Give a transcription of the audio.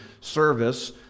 service